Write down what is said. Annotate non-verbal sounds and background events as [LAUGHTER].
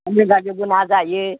[UNINTELLIGIBLE] ना जायो